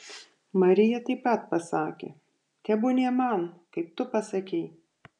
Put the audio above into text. marija taip pat pasakė tebūnie man kaip tu pasakei